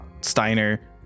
Steiner